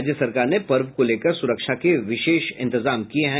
राज्य सरकार ने पर्व को लेकर सुरक्षा के विशेष इंतजाम किये हैं